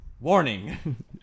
Warning